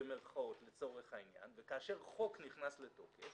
במירכאות, לצורך העניין, וכאשר חוק נכנס לתוקף